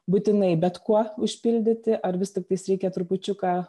būtinai bet kuo užpildyti ar vis tiktais reikia trupučiuką